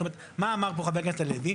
זאת אומרת, מה אמר פה חבר הכנסת הלוי?